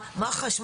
מח"ש,